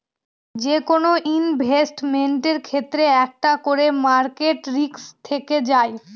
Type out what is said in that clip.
যেকোনো ইনভেস্টমেন্টের ক্ষেত্রে একটা করে মার্কেট রিস্ক থেকে যায়